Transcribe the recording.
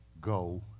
go